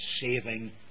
saving